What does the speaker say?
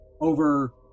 over